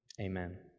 amen